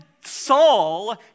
Saul